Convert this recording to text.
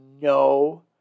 no